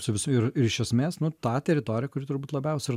su visu ir ir iš esmės nu ta teritorija kuri turbūt labiausiai ir